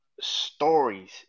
Stories